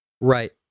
Right